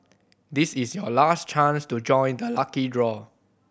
this is your last chance to join the lucky draw